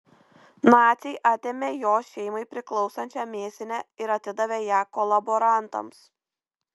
naciai atėmė jo šeimai priklausančią mėsinę ir atidavė ją kolaborantams